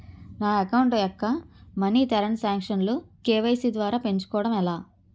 నా అకౌంట్ యెక్క మనీ తరణ్ సాంక్షన్ లు కే.వై.సీ ద్వారా పెంచుకోవడం ఎలా?